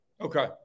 Okay